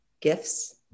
gifts